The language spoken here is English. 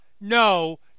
no